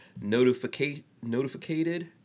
notificated